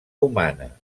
humana